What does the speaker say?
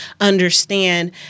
understand